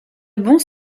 bons